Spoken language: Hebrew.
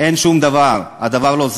אין שום דבר, הדבר לא זז.